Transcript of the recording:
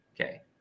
Okay